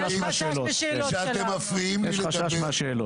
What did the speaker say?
ומהשאלות שלך, אלקין.